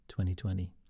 2020